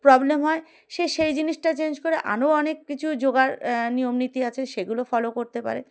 problem হয় সে সেই জিনিসটা চেঞ্জ করে আরও অনেক কিছু জোগাড় নিয়ম নীতি আছে সেগুলো ফলো করতে পারে